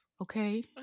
Okay